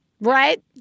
Right